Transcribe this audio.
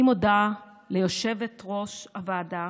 אני מודה ליושבת-ראש ועדת